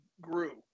grew